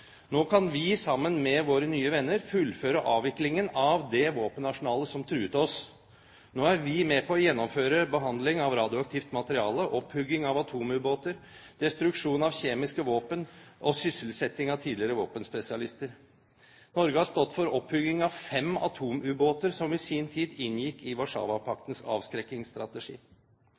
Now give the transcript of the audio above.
Nå kan vi sammen med våre nye venner fullføre avviklingen av det våpenarsenalet som truet oss. Nå er vi med på å gjennomføre behandling av radioaktivt materiale, opphugging av atomubåter, destruksjon av kjemiske våpen og sysselsetting av tidligere våpenspesialister. Norge har stått for opphugging av fem atomubåter som i sin tid inngikk i Warszawapaktens avskrekkingsstrategi.